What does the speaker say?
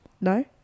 No